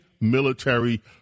military